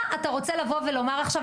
מה אתה רוצה לבוא ולומר עכשיו?